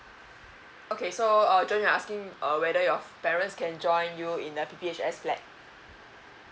okay so uh john you're asking uh whether your parents can join you in the P_P_H_S flat